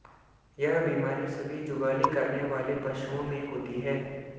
यह बीमारी सभी जुगाली करने वाले पशुओं में होती है